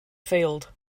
field